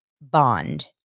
bond